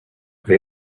they